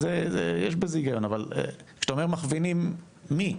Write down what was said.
אז יש בזה היגיון, אבל כשאתה אומר מכווינים, מי?